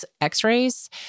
x-rays